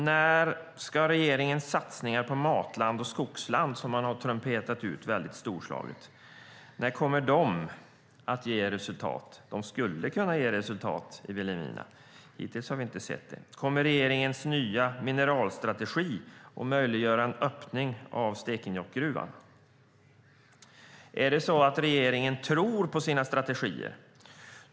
När kommer regeringens satsningar på matland och skogsland, som man har trumpetat ut väldigt storslaget, att ge resultat? De skulle kunna ge resultat i Vilhelmina, men hittills har vi inte sett det. Kommer regeringens nya mineralstrategi att möjliggöra en öppning av Stekenjokkgruvan? Tror regeringen på sina strategier?